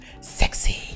sexy